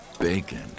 bacon